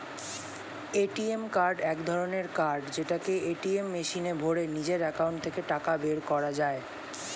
ATM card এক ধরণের card যেটাকে এটিএম মেশিনে ভরে নিজের একাউন্ট থেকে টাকা বের করা যায়